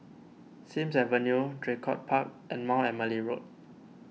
Sims Avenue Draycott Park and Mount Emily Road